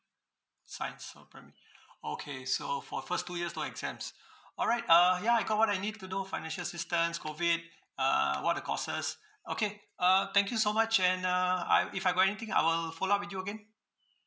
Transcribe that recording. science for primary okay so for the first two years no exams alright uh ya I got what I need to know financial assistance COVID uh what are the courses okay uh thank you so much and uh I if I go anything I will follow up with you again